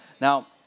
Now